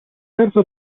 terzo